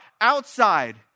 Outside